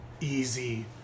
Easy